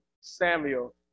Samuel